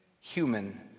human